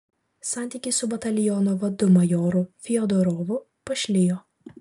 santykiai su bataliono vadu majoru fiodorovu pašlijo